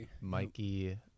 Mikey